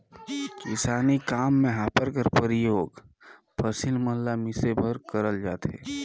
किसानी काम मे हापर कर परियोग फसिल मन ल मिसे बर करल जाथे